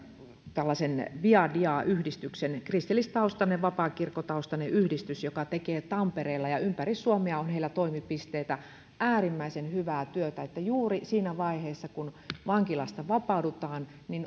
tällaiseen viadia yhdistykseen se on kristillistaustainen vapaakirkkotaustainen yhdistys joka tekee tampereella ja ympäri suomea on heillä toimipisteitä äärimmäisen hyvää työtä juuri siinä vaiheessa kun vankilasta vapaudutaan